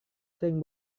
sering